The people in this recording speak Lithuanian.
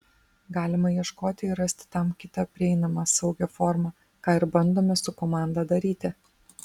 galima ieškoti ir rasti tam kitą prieinamą saugią formą ką ir bandome su komanda daryti